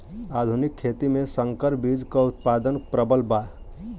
आधुनिक खेती में संकर बीज क उतपादन प्रबल बा